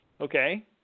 Okay